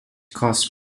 cost